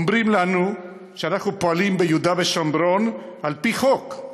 אומרים לנו שאנחנו פועלים ביהודה ושומרון על-פי חוק,